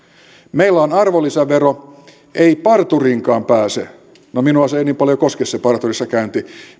meillä on arvonlisävero ei parturiinkaan pääse no minua ei niin paljon koske se parturissa käynti